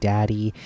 Daddy